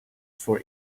for